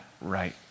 right